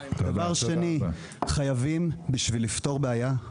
דבר שני, חייבים, בשביל לפתור בעיה,